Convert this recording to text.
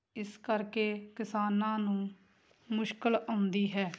ਇਸ ਕਰਕੇ ਕਿਸਾਨਾਂ ਨੂੰ ਮੁਸ਼ਕਿਲ ਆਉਂਦੀ ਹੈ